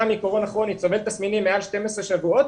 מקורונה כרונית וסובל תסמינים מעל 12 שבועות